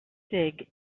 dig